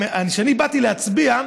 כשאני באתי להצביע,